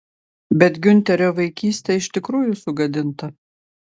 bet giunterio vaikystė iš tikrųjų sugadinta